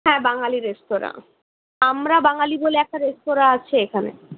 হ্যাঁ বাঙালি রেস্তোরাঁ আমরা বাঙালি বলে একটা রেস্তোরাঁ আছে এখানে